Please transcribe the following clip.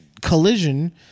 collision